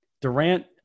Durant